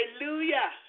Hallelujah